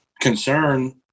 concern